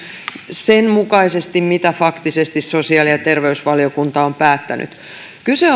sen mukaisesti mitä faktisesti sosiaali ja terveysvaliokunta on päättänyt kyse